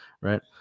right